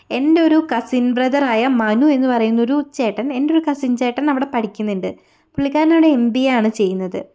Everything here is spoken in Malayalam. എൻറ്റൊരു കസിൻ ബ്രദറായ മനു എന്ന് പറയുന്നൊരു ചേട്ടൻ എൻറ്റൊരു കസിൻ ചേട്ടൻ അവിടെ പഠിക്കുന്നുണ്ട് പുള്ളിക്കാരനവിടെ എം ബി എ ആണ് ചെയ്യുന്നത്